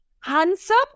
handsome